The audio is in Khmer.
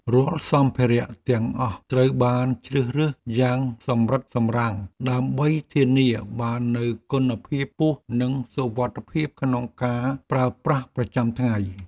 រាល់សម្ភារៈទាំងអស់ត្រូវបានជ្រើសរើសយ៉ាងសម្រិតសម្រាំងដើម្បីធានាបាននូវគុណភាពខ្ពស់និងសុវត្ថិភាពក្នុងការប្រើប្រាស់ប្រចាំថ្ងៃ។